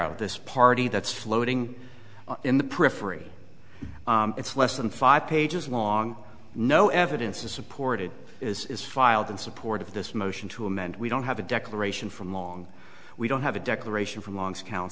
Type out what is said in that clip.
of this party that's floating in the periphery it's less than five pages long no evidence to support it is filed in support of this motion to amend we don't have a declaration from long we don't have a declaration from long's coun